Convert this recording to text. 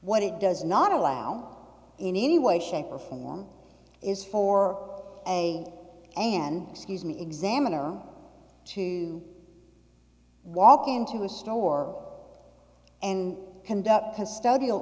what it does not allow in any way shape or form is for a a n excuse me examiner to walk into a store and conduct custodial